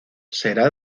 será